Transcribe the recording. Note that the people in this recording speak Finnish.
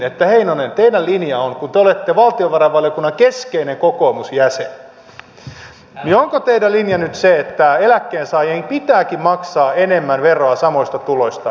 siis heinonen kun te olette valtiovarainvaliokunnan keskeinen kokoomusjäsen niin onko teidän linjanne nyt se että keskituloisen eläkkeensaajan pitääkin maksaa enemmän veroa samoista tuloista